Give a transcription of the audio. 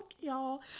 y'all